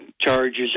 charges